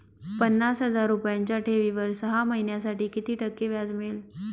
पन्नास हजार रुपयांच्या ठेवीवर सहा महिन्यांसाठी किती टक्के व्याज मिळेल?